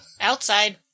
Outside